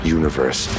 universe